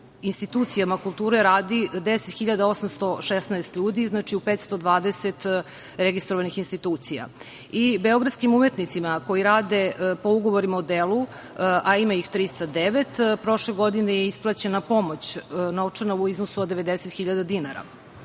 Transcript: institucijama kulture radi 10.816 ljudi, znači u 520 registrovanih institucija, i beogradskim umetnicima koji rade po ugovorima o delu, a ima ih 309, prošle godine je isplaćena pomoć novčana u iznosu od 90.000 dinara. Iako